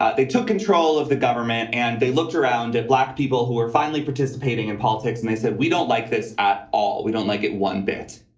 ah they took control of the government and they looked around at black people people who are finally participating in politics. and they said, we don't like this at all. we don't like it one bit